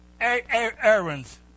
errands